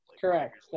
Correct